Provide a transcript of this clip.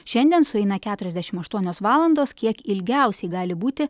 šiandien sueina keturiasdešimt aštuonios valandos kiek ilgiausiai gali būti